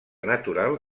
natural